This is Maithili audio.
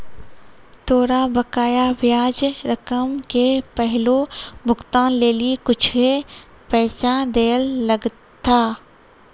तोरा बकाया ब्याज रकम के पहिलो भुगतान लेली कुछुए पैसा दैयल लगथा